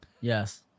Yes